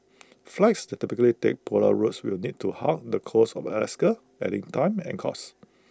flights that typically take polar routes will need to hug the coast of Alaska adding time and cost